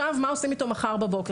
מה עושים אתו מחר בבית?